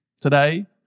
Today